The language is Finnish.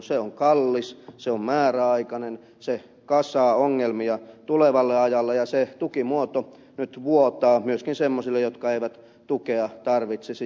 se on kallis se on määräaikainen se kasaa ongelmia tulevalle ajalle ja se tukimuoto nyt vuotaa myöskin semmoisille jotka eivät tukea tarvitsisi